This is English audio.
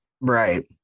right